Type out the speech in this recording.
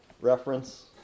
reference